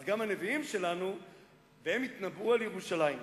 אז גם הנביאים שלנו התנבאו על ירושלים,